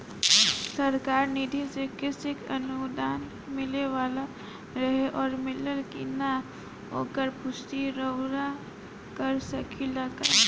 सरकार निधि से कृषक अनुदान मिले वाला रहे और मिलल कि ना ओकर पुष्टि रउवा कर सकी ला का?